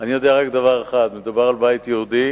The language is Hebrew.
אני יודע רק דבר אחד: מדובר על בית יהודי,